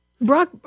Brock